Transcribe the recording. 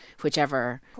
whichever